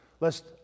Lest